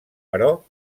però